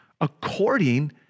according